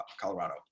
Colorado